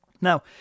Now